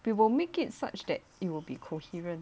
we will make it such that it will be coherent